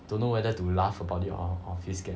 don't know whether to laugh about it or or feel scared